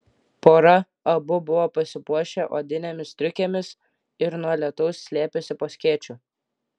pora abu buvo pasipuošę odinėmis striukėmis ir nuo lietaus slėpėsi po skėčiu